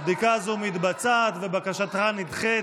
הבדיקה הזו מתבצעת ובקשתך נדחית,